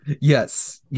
Yes